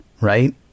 Right